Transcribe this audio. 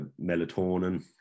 melatonin